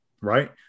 right